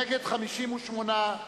נגד, 58,